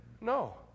No